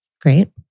Great